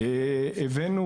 הבאנו,